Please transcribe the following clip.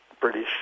British